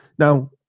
Now